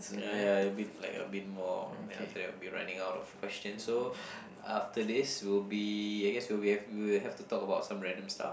uh ya a bit like a bit more then after that we will be running out of question so after this we'll be I guess we will have we will have to talk about some random stuff